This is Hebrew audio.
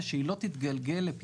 בגלל שהם לא מקבלים את הטבת המס,